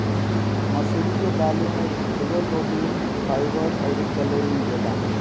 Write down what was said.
मसूरी के दाली में खुबे प्रोटीन, फाइबर अउरी कैलोरी मिलेला